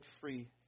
free